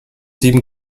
sieben